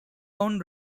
own